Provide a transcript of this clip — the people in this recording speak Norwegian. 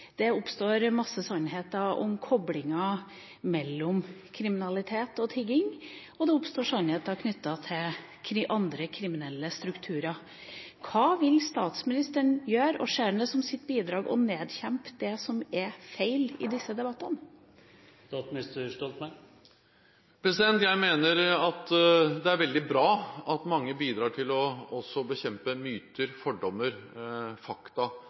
Det oppstår en masse sannheter om koblinger mellom kriminalitet og tigging, og det oppstår sannheter knyttet til andre kriminelle strukturer. Hva vil statsministeren gjøre? Ser han det som sitt oppdrag å bekjempe feil i disse debattene? Jeg mener det er veldig bra at mange bidrar til å bekjempe myter, fordommer